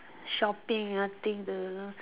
shopping nothing to